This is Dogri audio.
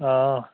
हां